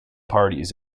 parties